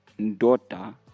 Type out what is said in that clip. daughter